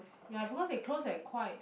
ya because they close at quite